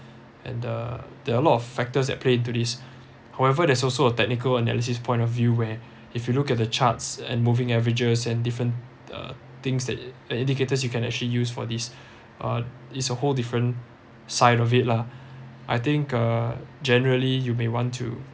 and uh there are a lot of factors that play to this however there's also a technical analysis point of view where if you looked at the charts and moving averages and different uh things that indicators you can actually use for this uh it's a whole different side of it lah I think uh generally you may want to